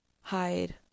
hide